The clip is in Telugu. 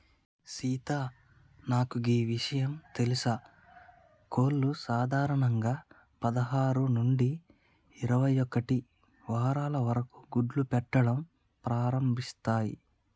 సీత నాకు గీ ఇషయం తెలుసా కోళ్లు సాధారణంగా పదహారు నుంచి ఇరవై ఒక్కటి వారాల వరకు గుడ్లు పెట్టడం ప్రారంభిస్తాయి